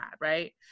right